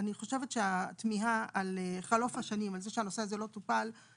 אני חושבת שהתמיהה על חלוף השנים על זה שהנושא הזה לא טופל,